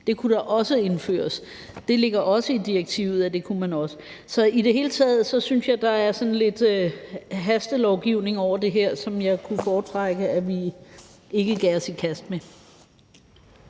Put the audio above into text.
Det kunne da også indføres. Det ligger i direktivet, at man også kunne det. Så i det hele taget synes jeg, der er sådan lidt hastelovgivning over det her, som jeg kunne foretrække at vi ikke gav os i kast med.